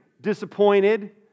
disappointed